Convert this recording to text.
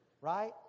Right